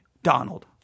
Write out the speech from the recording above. Donald